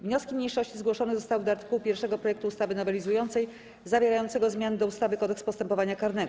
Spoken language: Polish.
Wnioski mniejszości zgłoszone zostały do art. 1 projektu ustawy nowelizującej zwierającego zmiany do ustawy Kodeks postępowania karnego.